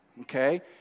okay